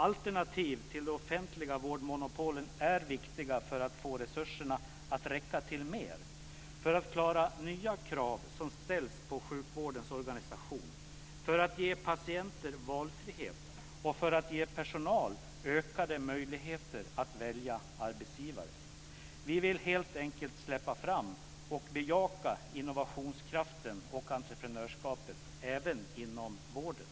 Alternativ till de offentliga vårdmonopolen är viktiga för att få resurserna att räcka till mer, för att klara nya krav som ställs på sjukvårdens organisation, för att ge patienter valfrihet och för att ge personal ökade möjligheter att välja arbetsgivare. Vi vill helt enkelt släppa fram och bejaka innovationskraften och entreprenörskapet även inom vården.